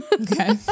Okay